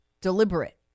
deliberate